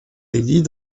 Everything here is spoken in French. délit